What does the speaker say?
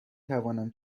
توانم